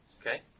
Okay